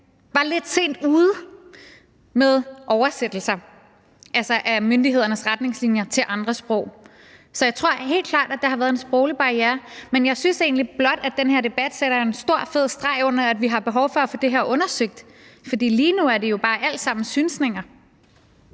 var lidt sent ude med oversættelser af myndighedernes retningslinjer til andre sprog. Så jeg tror helt klart, der har været en sproglig barriere, men jeg synes egentlig blot, at den her debat sætter en stor, fed streg under, at vi har behov for at få det her undersøgt, for lige nu er det jo alt sammen bare synsninger.